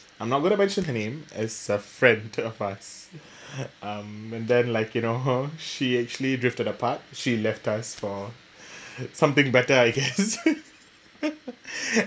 I'm not going to mention her name as a friend of us um and then like you know she actually drifted apart she left us for something better I guess